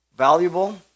Valuable